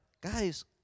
guys